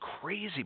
crazy